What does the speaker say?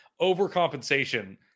overcompensation